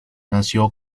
nació